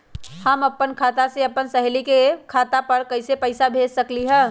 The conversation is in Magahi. हम अपना खाता से अपन सहेली के खाता पर कइसे पैसा भेज सकली ह?